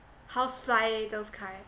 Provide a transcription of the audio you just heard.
housefly those kind